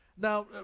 Now